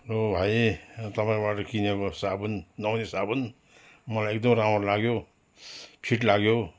ओ भाइ तपाईँकोबाट किनेको साबुन नुहाउने साबुन मलाई एकदम राम्रो लाग्यो ठिक लाग्यो